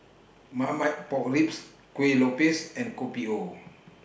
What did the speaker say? Marmite Pork Ribs Kueh Lopes and Kopi O